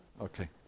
Okay